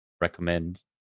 recommend